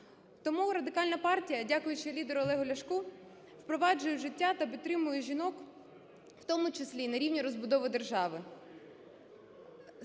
Тому Радикальна партія, дякуючи лідеру Олегу Ляшку, впроваджує в життя та підтримує жінок, в тому числі і на рівні розбудови держави.